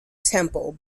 temple